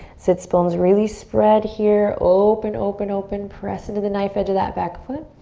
sits bones really spread here. open, open, open. press into the knife edge of that back foot.